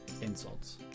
insults